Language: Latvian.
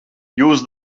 jūs